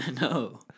No